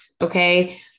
Okay